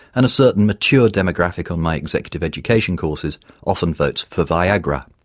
and a certain mature demographic on my executive education courses often votes for viagra.